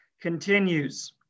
continues